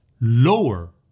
lower